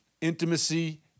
intimacy